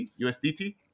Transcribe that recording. USDT